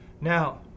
Now